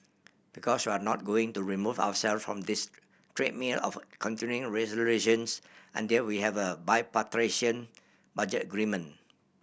because we're not going to remove ourself from this treadmill of continuing resolutions until we have a bipartisan budget agreement